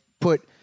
put